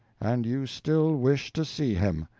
and you still wish to see him!